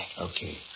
Okay